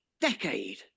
decade